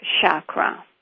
chakra